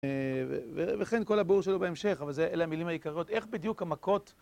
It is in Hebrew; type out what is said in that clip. וכן כל הבור שלו בהמשך, אבל אלה המילים העיקריות. איך בדיוק המכות?